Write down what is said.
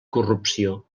corrupció